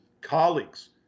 colleagues